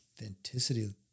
authenticity